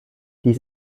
dies